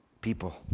people